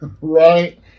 Right